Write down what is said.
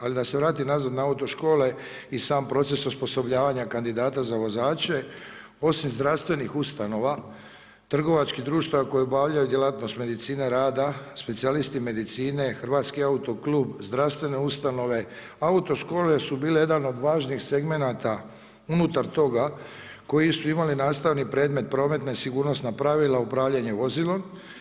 Ali da se vratim nazad na autoškole i sam proces osposobljavanja kandidata za vozače, osim zdravstvenih ustanova, trgovačkih društava koje obavljaju djelatnost medicine rada, specijalisti medicine, HAK, zdravstvene ustanove autoškole su bile jedan od važnijih segmenata unutar toga koje su imale nastavni predmet prometne, sigurnosna pravila, upravljanje vozilom.